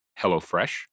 HelloFresh